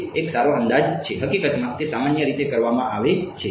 તે એક સારો અંદાજ છે હકીકતમાં તે સામાન્ય રીતે કરવામાં આવે છે